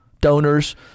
Donors